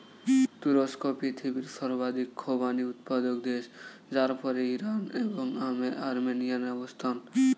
তুরস্ক পৃথিবীর সর্বাধিক খোবানি উৎপাদক দেশ যার পরেই ইরান এবং আর্মেনিয়ার অবস্থান